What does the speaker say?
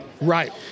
Right